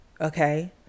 okay